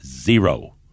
zero